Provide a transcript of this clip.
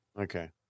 Okay